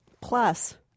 Plus